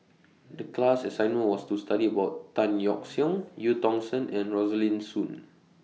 The class assignment was to study about Tan Yeok Seong EU Tong Sen and Rosaline Soon